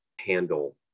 handle